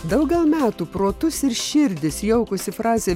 daugel metų protus ir širdis jaukusi frazė